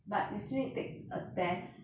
but you still need to take a test